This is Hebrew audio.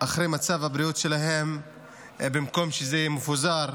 אחרי מצב הבריאות שלהם במקום שזה יהיה מפוזר,